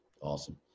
Awesome